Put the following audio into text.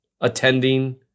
attending